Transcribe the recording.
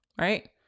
right